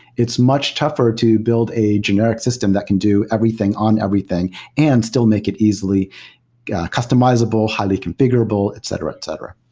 it's much tougher to build a generic system that can do everything on everything and still make it easily customizable, highly conf igurable, etc, etc.